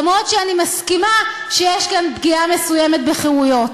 אף שאני מסכימה שיש כאן פגיעה מסוימת בחירויות.